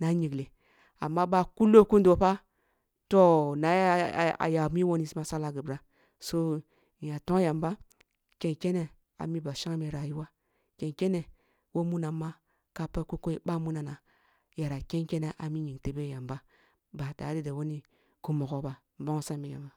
na nyingle ama ba kulo kundo fa toh na mi woni masala so nya tong yamba ken kene ami ba shangme rayuwa ken kene woh munam ma ka pag kol koye ъah mu nana yara ken kene ami nying tebe yamba ba tare da wane ghi mogho ba nbongsam bi yamba